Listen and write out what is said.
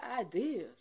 ideas